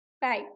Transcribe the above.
Bye